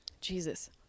Jesus